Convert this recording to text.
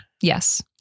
Yes